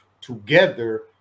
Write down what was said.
together